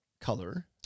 color